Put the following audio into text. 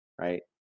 right